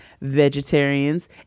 vegetarians